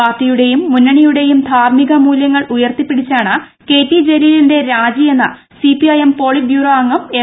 പാർട്ടിയുടെയും മുന്നണിയുടെയും ധാർമിക മൂല്യങ്ങൾ ഉയർത്തിപിടിച്ചാണ് കെ ടി ജലീലിന്റെ രാജി എന്ന് സിപിഐഎം പോളിറ്റ് ബ്യൂറോ അംഗം എം